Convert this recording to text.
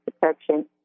protection